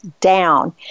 down